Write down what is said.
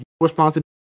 responsibility